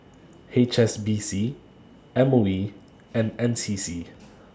H S B C M O E and N C C